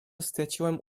straciłem